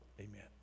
Amen